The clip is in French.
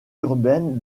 urbaine